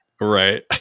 right